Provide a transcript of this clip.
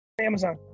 Amazon